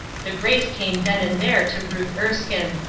the grace came then and there to ruth erskine.